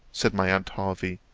said my aunt hervey,